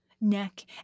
neck